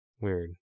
weird